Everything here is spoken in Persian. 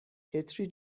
کتری